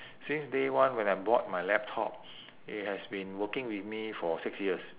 since day one when I bought my laptop it has been working with me for six years